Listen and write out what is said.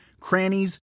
crannies